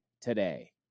today